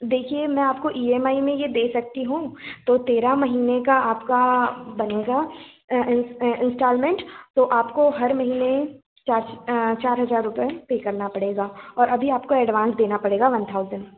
देखिए मैं आपको ईएमआई में ये दे सकती हूं तो तेरह महीने का आपका बनेगा इंस्टालमेंट तो आपको हर महीने चार चार हज़ार रुपये पे करना पड़ेगा और अभी आपको एडवांस देना पड़ेगा वन थाउज़ेंड